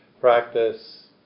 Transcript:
practice